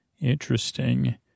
Interesting